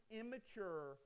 immature